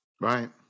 Right